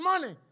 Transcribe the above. money